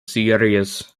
series